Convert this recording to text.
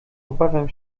obawiam